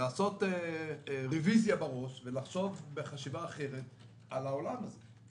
לעשות רביזיה בראש ולחשוב חשיבה אחרת על העולם הזה.